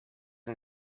and